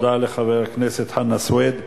תודה לחבר הכנסת חנא סוייד.